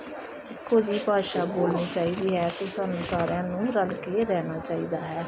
ਇੱਕੋ ਜਿਹੀ ਭਾਸ਼ਾ ਬੋਲਣੀ ਚਾਹੀਦੀ ਹੈ ਅਤੇ ਸਾਨੂੰ ਸਾਰਿਆਂ ਨੂੰ ਰਲ ਕੇ ਰਹਿਣਾ ਚਾਹੀਦਾ ਹੈ